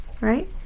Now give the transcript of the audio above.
Right